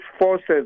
forces